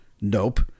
Nope